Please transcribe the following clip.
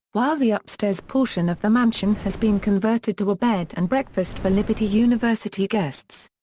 while the upstairs portion of the mansion has been converted to a bed and breakfast for liberty university guests.